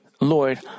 Lord